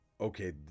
okay